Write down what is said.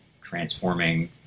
transforming